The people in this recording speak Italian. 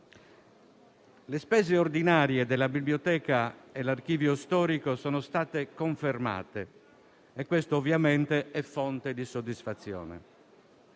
le spese ordinarie della Biblioteca e dell'Archivio storico del Senato sono state confermate: questo ovviamente è fonte di soddisfazione.